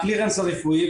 הקלירנס הרפואי,